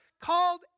called